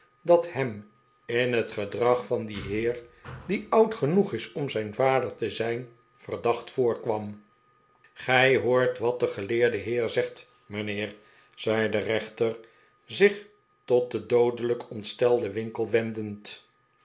dat hem in het gedrag van dien heer die oud genoeg is om zijn vader te zijn verdacht voorkwam gij hoort wat de geleerde heer zegt mijnheer zei de rechter zich tot den doodelijk ontstelden winkle wendend